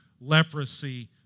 leprosy